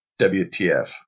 WTF